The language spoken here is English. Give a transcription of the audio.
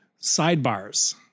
sidebars